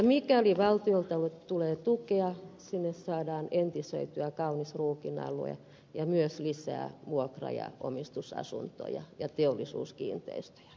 mikäli valtiolta tulee tukea sinne saadaan entisöityä kaunis ruukin alue ja myös lisää vuokra ja omistusasuntoja ja teollisuuskiinteistöjä